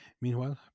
Meanwhile